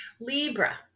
libra